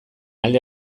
alde